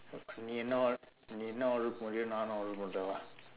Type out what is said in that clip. நீ என்ன நீ என்ன அவள:nii enna nii enna avala நானும் அவள:naanum avala வா:vaa